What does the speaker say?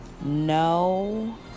No